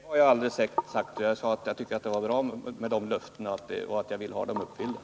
Herr talman! Det har jag aldrig sagt. Jag sade att jag tyckte de var bra och att jag vill att de skall uppfyllas.